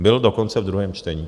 Byl dokonce v druhém čtení.